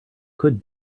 could